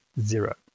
zero